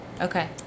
Okay